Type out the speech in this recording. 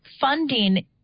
funding